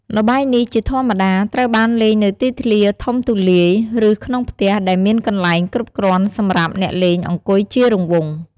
ល្បែងនេះជាធម្មតាត្រូវបានលេងនៅទីធ្លាធំទូលាយ ឬក្នុងផ្ទះដែលមានកន្លែងគ្រប់គ្រាន់សម្រាប់អ្នកលេងអង្គុយជារង្វង់។